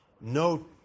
no